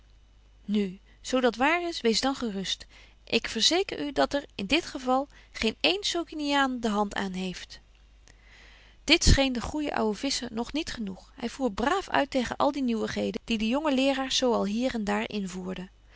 nu zo dat waar is wees dan gerust ik verzeker u dat er in dit geval geen een sociniaan de hand aan heeft dit scheen den goejen ouwen visscher nog niet betje wolff en aagje deken historie van mejuffrouw sara burgerhart genoeg hy voer braaf uit tegen al die nieuwigheden die de jonge leeraars zo al hier en daar invoerden